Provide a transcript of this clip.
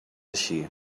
així